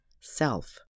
self